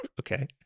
Okay